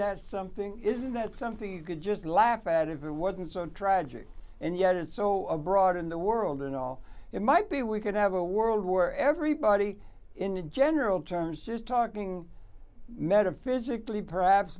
that something isn't that something you could just laugh at if it wasn't so tragic and yet it's so abroad in the world and all it might be we could have a world where everybody in general terms just talking one metaphysically perhaps